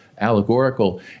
Allegorical